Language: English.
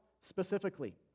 specifically